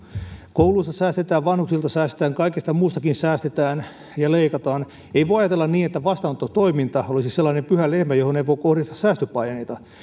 kouluissa säästetään vanhuksilta säästetään kaikesta muustakin säästetään ja leikataan ei voi ajatella niin että vastaanottotoiminta olisi sellainen pyhä lehmä johon ei voi kohdistaa säästöpaineita